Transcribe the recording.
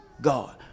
God